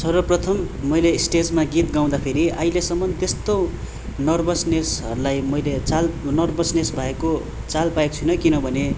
सर्वप्रथम मैले स्टेजमा गीत गाउँदाखेरि अहिलेसम्म त्यस्तो नर्भसनेसहरूलाई मैले चाल नर्भसनेस भएको चाल पाएको छुइनँ किनभने